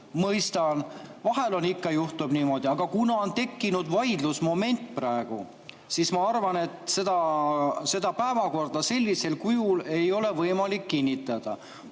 vahel ikka juhtub niimoodi. Aga kuna praegu on tekkinud vaidlusmoment, siis ma arvan, et päevakorda sellisel kujul ei ole võimalik kinnitada.